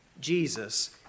Jesus